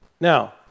Now